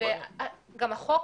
גם החוק